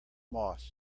moss